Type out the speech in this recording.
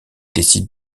décide